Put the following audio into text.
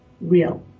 real